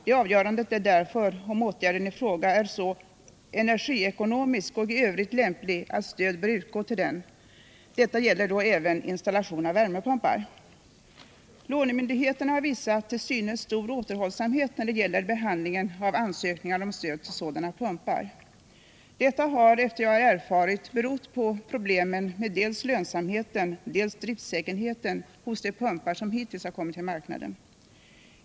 Det avgörande är därvid om åtgärden i fråga är så energiekonomisk och i övrigt lämplig att stöd bör utgå till den. Detta gäller då även installation av värmepumpar. Lånemyndigheterna har visat till synes stor återhållsamhet när det gäller behandlingen av ansökningar om stöd till sådana pumpar. Detta har, efter vad jag har erfarit, berott på problemen med dels lönsamheten, dels driftsäkerheten hos de pumpar som hittills har kommit i marknaden.